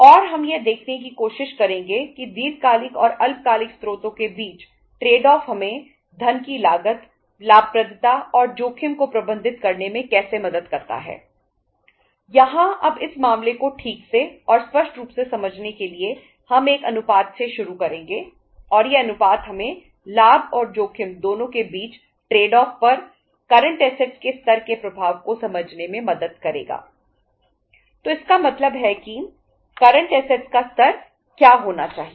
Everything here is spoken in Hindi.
और हम यह देखने की कोशिश करेंगे कि दीर्घकालिक और अल्पकालिक स्रोतों के बीच ट्रेड ऑफ का स्तर क्या होना चाहिए